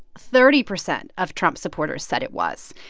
thirty percent of trump supporters said it was,